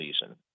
season